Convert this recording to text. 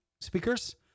speakers